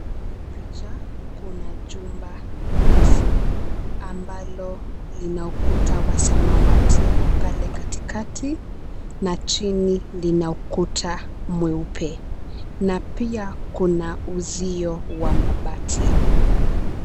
Hii picha kuna jumba refu ambalo lina ukuta wa samawati pale katikati, na chini lina ukuta mweupe, na pia kuna uzio wa mabati.